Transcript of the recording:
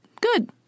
Good